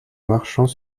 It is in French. marchant